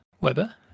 weber